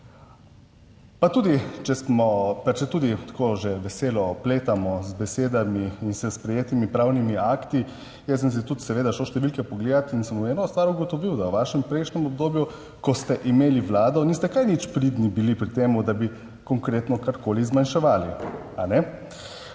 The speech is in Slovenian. že veselo opletamo z besedami in s sprejetimi pravnimi akti. Jaz sem si tudi seveda šel številke pogledati in sem v eno stvar ugotovil, da v vašem prejšnjem obdobju, ko ste imeli vlado, niste kaj nič pridni bili pri tem, da bi konkretno karkoli zmanjševali,